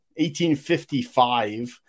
1855